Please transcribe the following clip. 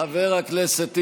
חבר הכנסת טיבי,